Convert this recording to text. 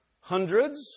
Hundreds